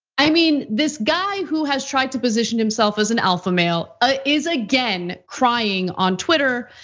i mean, this guy who has tried to position himself as an alpha male ah is again crying on twitter,